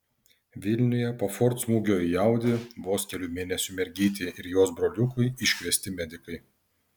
vilniuje po ford smūgio į audi vos kelių mėnesių mergytei ir jos broliukui iškviesti medikai